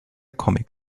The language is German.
comic